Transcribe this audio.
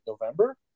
November